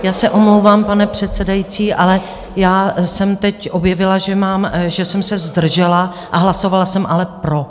Já se omlouvám, pane předsedající, ale já jsem teď objevila, že jsem se zdržela, a hlasovala jsem ale pro.